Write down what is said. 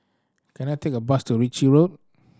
can I take a bus to Ritchie Road